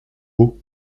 haut